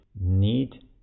need